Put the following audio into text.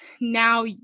now